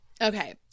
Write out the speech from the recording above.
Okay